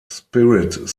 spirit